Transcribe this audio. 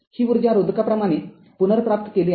ही ऊर्जा रोधकाप्रमाणे पुनर्प्राप्त केली आहे